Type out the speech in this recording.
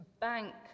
bank